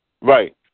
Right